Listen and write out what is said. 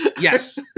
Yes